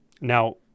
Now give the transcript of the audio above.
Now